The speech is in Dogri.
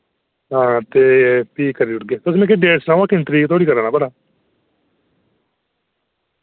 हां ते फ्ही करी ओड़गे तुस मिकी डेट सनाओ हां किन्नी तरीक धोड़ी कराना भला